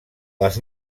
les